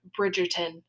Bridgerton